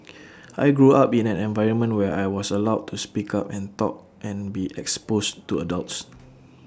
I grew up in an environment where I was allowed to speak up and talk and be exposed to adults